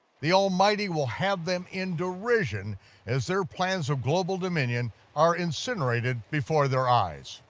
the almighty will have them in derision as their plans of global dominion are incinerated before their eyes.